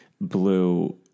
blue